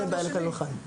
לא דומה חוק אחד לשני.